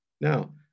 Now